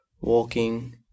walking